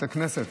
זו הכנסת.